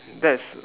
that's